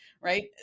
right